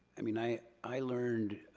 i mean, i i learned